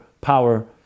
power